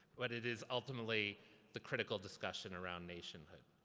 what it is ultimately the critical discussion around nationhood.